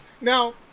Now